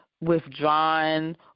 withdrawn